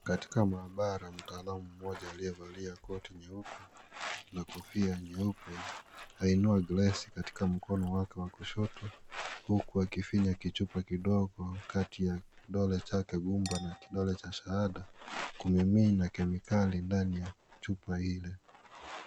Katika maabara, mtaalamu mmoja aliyevalia koti nyeupe na kofia nyeupe ainua glesi katika mkono wake wa kushoto huku akifinya kichupa kidogo kati ya kidole chake gumba na kidole cha shahada kumiminya kemikali ndani ya chupa ile.